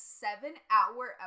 seven-hour